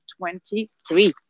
2023